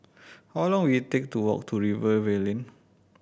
how long will it take to walk to Rivervale Lane